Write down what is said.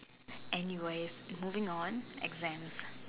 anyways moving on exams